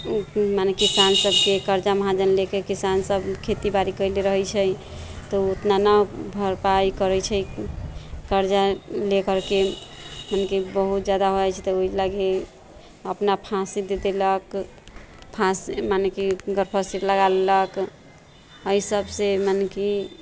मने किसान सभके कर्जा महाजन लेके किसान सभ खेतीबाड़ी कयले रहै छै तऽ उतना नहि भरपाइ करै छै कर्जा लेकरके यानि कि बहुत जादा हो जाइ छै तऽ ओहि लागि अपना फाँसी दै देलक फाँसी मने कि गरफाँसी लगा लेलक एहि सभसँ मने कि